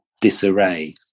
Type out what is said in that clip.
disarray